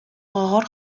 gogor